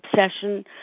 obsession